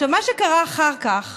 מה שקרה אחר כך